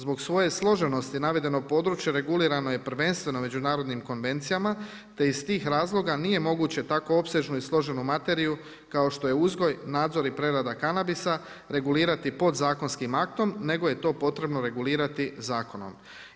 Zbog svoje složenosti navedenog područja regulirano je prvenstveno međunarodnim konvencijama te iz tih razloga nije moguće tako opsežnu i složenu materiju kao što je uzgoj, nadzor i prerada kanabisa regulirati podzakonskim aktom, nego je to potrebno regulirati zakonom.